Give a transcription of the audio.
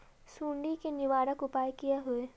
सुंडी के निवारक उपाय का होए?